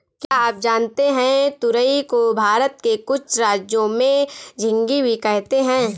क्या आप जानते है तुरई को भारत के कुछ राज्यों में झिंग्गी भी कहते है?